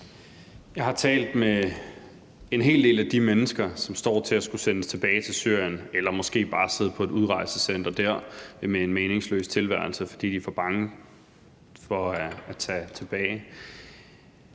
Jeg har talt med en hel del af de mennesker, som står til at skulle sendes tilbage til Syrien eller måske bare sidde på et udrejsecenter med en meningsløs tilværelse, fordi de er for bange for at tage tilbage.